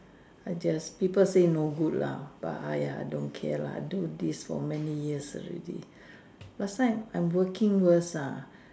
I just people say no good lah but !aiya! don't care lah I do this many years already last time I working worse ah